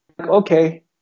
Okay